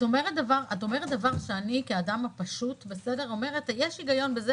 את אומרת דבר שאני כאדם הפשוט אומרת: יש הגיון בזה